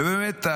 ובאמת,